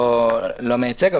אני לא מייצג,